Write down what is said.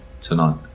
tonight